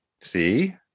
See